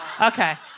Okay